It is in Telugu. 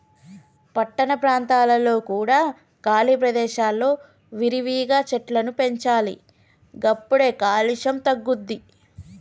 పట్టణ ప్రాంతాలలో కూడా ఖాళీ ప్రదేశాలలో విరివిగా చెట్లను పెంచాలి గప్పుడే కాలుష్యం తగ్గుద్ది